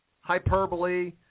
hyperbole